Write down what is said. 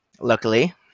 luckily